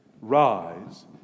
rise